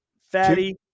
Fatty